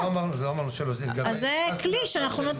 אנחנו נותנים לכם את הכלי הזה.